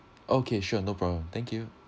okay sure no problem thank you